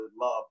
love